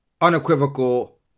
unequivocal